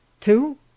two